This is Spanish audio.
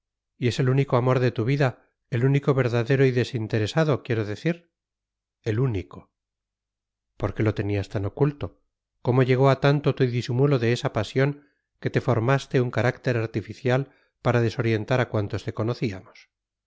y es el único amor de tu vida el único verdadero y desinteresado quiero decir el único por qué lo tenías tan oculto cómo llegó a tanto tu disimulo de esa pasión que te formaste un carácter artificial para desorientar a cuantos te conocíamos